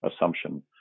assumption